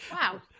Wow